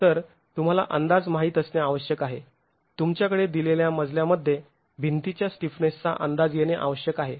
तर तुम्हाला अंदाज माहित असणे आवश्यक आहे तुमच्याकडे दिलेल्या मजल्यामध्ये भिंतीच्या स्टिफनेसचा अंदाज येणे आवश्यक आहे